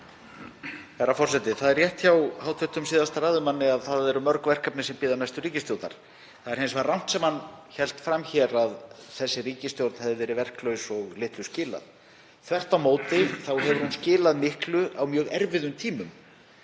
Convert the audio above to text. Það er rétt hjá hv. síðasta ræðumanni að það eru mörg verkefni sem bíða næstu ríkisstjórnar. Það er hins vegar rangt sem hann hélt hér fram, að þessi ríkisstjórn hefði verið verklaus og litlu skilað. Þvert á móti hefur hún skilað miklu á mjög erfiðum tímum.